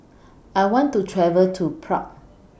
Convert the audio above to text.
I want to travel to Prague